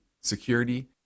security